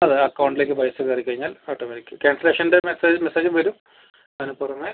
അത് അക്കൗണ്ടിലേക്ക് പൈസ കയറി കഴിഞ്ഞാൽ ഓട്ടോമാറ്റിക് ക്യാൻസലേഷൻ്റെ മെസ്സേജും മെസ്സേജും വരും അതിന് പുറമേ